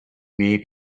may